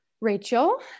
Rachel